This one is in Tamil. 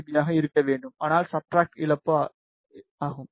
பியாக இருக்க வேண்டும் ஆனால் சப்ஸ்ட்ராட் இழப்பு ஆகும்